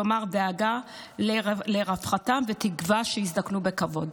כלומר דאגה לרווחתם ותקווה שיזדקנו בכבוד.